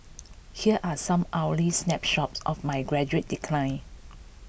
here are some hourly snapshots of my gradual decline